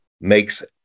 makes